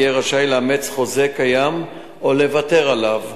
יהיה רשאי לאמץ חוזה קיים או לוותר עליו.